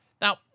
Now